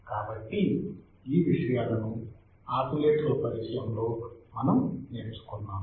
కాబట్టి ఈ విషయాలను ఆసిలేటర్ల పరిచయంలో మనము నేర్చుకున్నాము